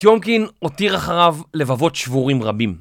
תיומקין הותיר אחריו לבבות שבורים רבים